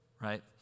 right